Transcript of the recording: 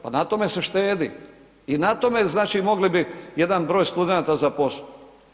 Pa na tome se štedi na tome, znači mogli bi jedan broj studenata zaposliti.